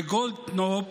לגולדקנופ,